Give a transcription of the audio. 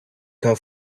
come